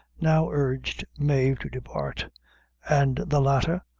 now urged mave to depart and the latter,